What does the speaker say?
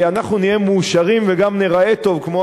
אנחנו נהיה מאושרים וגם ניראה טוב כמו